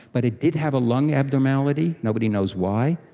but it did have a lung abnormality, nobody knows why,